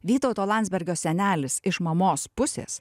vytauto landsbergio senelis iš mamos pusės